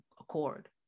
accord